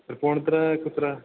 पोण्क्र कुत्र